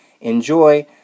Enjoy